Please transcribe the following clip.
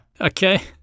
Okay